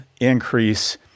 increase